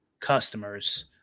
customers